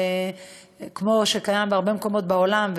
כמו שקיים בהרבה מקומות בעולם.